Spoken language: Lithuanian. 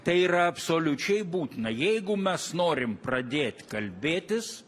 tai yra absoliučiai būtina jeigu mes norim pradėt kalbėtis